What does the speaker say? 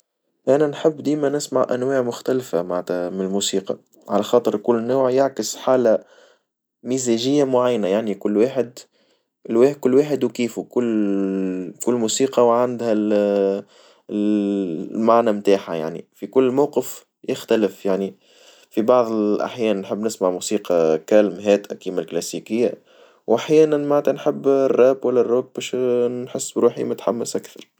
أنا نحب ديمًا نسمع أنواع مختلفة معنتها من الموسيقى، على خاطر كل نوع يعكس حالة مزاجية معينة يعني كل واحد كل واحد وكيفو كل كل موسيقى وعندها ال المعنى متاعها يعني في كل موقف يختلف يعني في بعض الأحيان نحب نسمع موسيقى كالم هات أديمة كلاسيكية وأحيانا متى نحب الراب والا الروك باش نحس بروحي متحمس أكثر.